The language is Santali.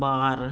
ᱵᱟᱨ